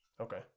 okay